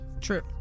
True